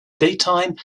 daytime